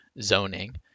zoning